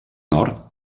nord